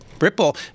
Ripple